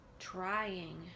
trying